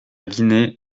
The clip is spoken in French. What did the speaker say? guinée